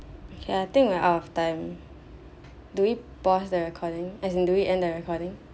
okay I think we're out of time do we pause the recording as in do we end the recording